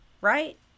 right